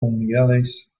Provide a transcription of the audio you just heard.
unidades